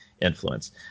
influence